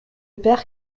peyre